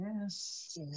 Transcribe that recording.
Yes